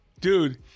Dude